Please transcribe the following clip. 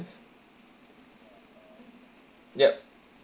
yup